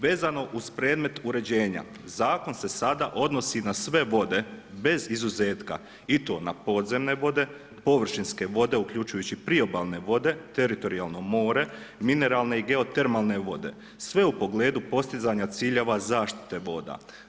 Vezano uz predmet uređenja, zakon se sada odnosi na sve vode bez izuzetka i to na podzemne vode, površinske vode uključujući priobalne vode, teritorijalno more, mineralne i geotermalne vode sve u pogledu postizanja ciljeva zaštite voda.